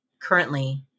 currently